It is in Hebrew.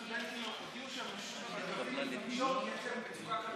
20% מהסטודנטים הודיעו שהם חייבים לפרוש כי יש להם מצוקה כלכלית.